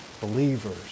believers